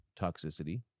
toxicity